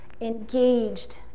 engaged